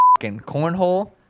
cornhole